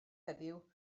heddiw